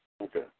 Okay